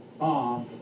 off